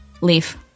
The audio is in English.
Leaf